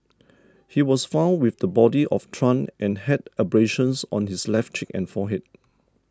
he was found with the body of Tran and had abrasions on his left cheek and forehead